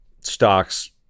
stocks